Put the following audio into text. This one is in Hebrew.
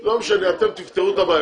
משנה, אתם תפתרו את הבעיה.